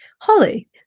Holly